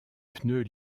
pneus